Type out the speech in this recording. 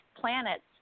planets